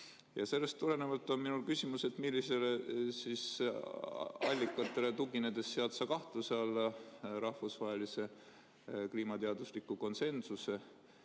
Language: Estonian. Ja sellest tulenevalt on mul küsimus: millistele allikatele tuginedes sead sa kahtluse alla rahvusvahelise kliimateadusliku konsensuse?